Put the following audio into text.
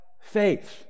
faith